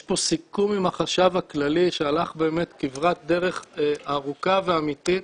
יש פה סיכום עם החשב הכללי שהלך כברת דרך ארוכה ואמיתית.